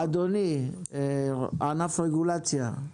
ענף הרגולציה,